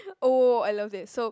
oh I love it so